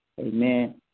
Amen